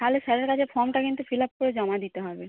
তালে স্যারের কাছে ফর্মটা কিন্তু ফিল আপ করে জমা দিতে হবে